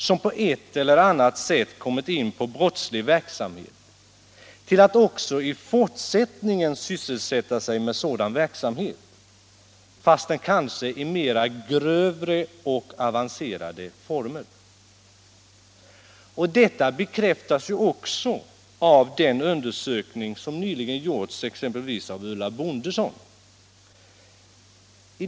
som på ett eller annat sätt kommit in på brottslig verksamhet, till att också i fortsättningen sysselsätta sig med sådan verksamhet — fast kanske i grövre och mera avancerade former. Detta bekräftas 125 vården också av den undersökning som nyligen gjorts av Ulla Bondesson.